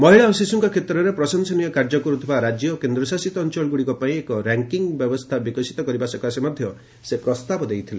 ମହିଳା ଓ ଶିଶୁଙ୍କ କ୍ଷେତ୍ରରେ ପ୍ରଶଂସନୀୟ କାର୍ଯ୍ୟ କରୁଥିବା ରାଜ୍ୟ ଓ କେନ୍ଦ୍ରଶାସିତ ଅଞ୍ଚଳଗୁଡ଼ିକ ପାଇଁ ଏକ ର୍ୟାଙ୍କିଙ୍କ୍ ବ୍ୟବସ୍ଥା ବିକଶିତ କରିବା ସକାଶେ ମଧ୍ୟ ସେ ପ୍ରସ୍ତାବ ଦେଇଥିଲେ